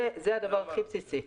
זה הדבר הכי בסיסי.